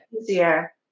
easier